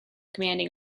commanding